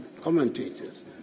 commentators